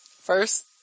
First